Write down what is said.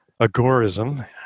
Agorism